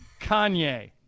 Kanye